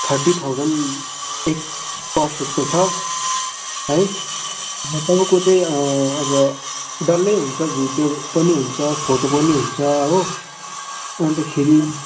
thirty thousand एक पर सुटको छ है तपाईँको चाहिँ अब डल्लै हुन्छ भिडियो पनि फोटो पनि हुन्छ हो अन्तखेरि